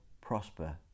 prosper